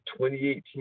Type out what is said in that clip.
2018